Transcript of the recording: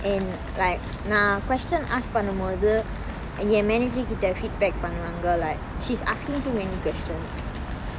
and like nah question asked பண்ணும் போது என்:pannum pothu en manager கிட்ட:kitta feedback பண்ணுவாங்க:pannuvanga like she's asking too many questions